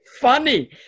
funny